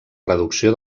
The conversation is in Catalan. reducció